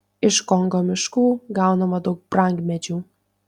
iš kongo miškų gaunama daug brangmedžių